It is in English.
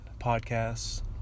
podcasts